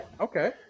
okay